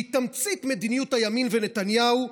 שהיא תמצית מדיניות הימין ונתניהו,